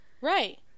Right